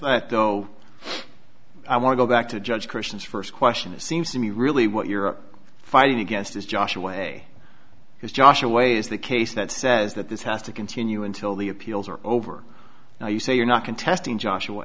that though i want to go back to judge christians first question it seems to me really what you're fighting against is josh away because joshua way is the case that says that this has to continue until the appeals are over now you say you're not contesting